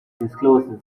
discloses